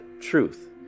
truth